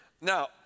Now